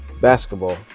basketball